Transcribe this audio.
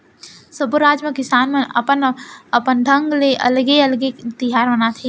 सब्बो राज म किसान मन अपन अपन ढंग ले अलगे अलगे तिहार मनाथे